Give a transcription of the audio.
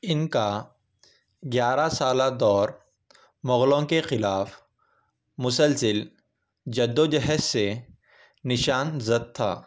ان کا گیارہ سالہ دور مغلوں کے خلاف مسلسل جد وجہد سے نشان زد تھا